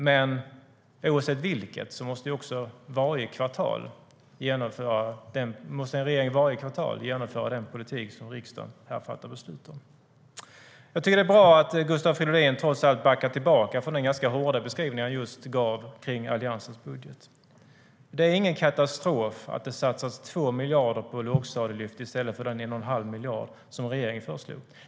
Men oavsett om det blir så måste en regering varje kvartal genomföra den politik som riksdagen här fattar beslut om. Jag tycker att det är bra att Gustav Fridolin trots allt backar från den ganska hårda beskrivning som han just gav om Alliansens budget. Det är ingen katastrof att det satsas 2 miljarder på lågstadielyft i stället för 1 1⁄2 miljard, som regeringen föreslog.